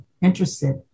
interested